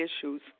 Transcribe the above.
issues